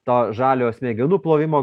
to žaliojo smegenų plovimo